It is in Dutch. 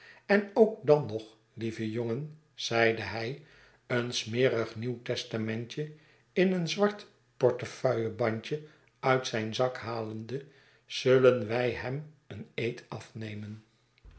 en ook dan nog lieve jongen zeide hij een smerig nieuw testamentje in een zwart portefeuillebandje uit zijn zak halende zullen wij hem een eed afnemen